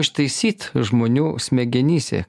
ištaisyt žmonių smegenyse